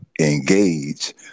engage